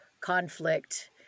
conflict